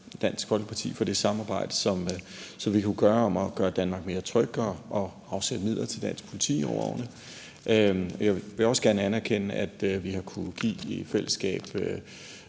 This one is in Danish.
Dansk Folkeparti for det samarbejde, som handler om at gøre Danmark mere tryg i forhold til at afsætte midler til dansk politi over årene. Jeg vil også gerne anerkende, at vi i fællesskab